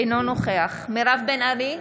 אינו נוכח מירב בן ארי,